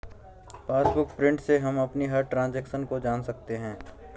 passbook print से हम अपनी हर ट्रांजेक्शन को जान सकते है